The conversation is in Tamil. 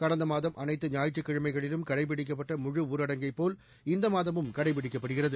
கடந்த மாதம் அளைத்து ஞாயிற்றுக்கிழமைகளிலும் கடைபிடிக்கப்பட்ட முழுஊரடங்கைப் போல் இந்த மாதமும் கடைபிடிக்கப்படுகிறது